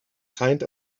kind